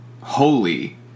holy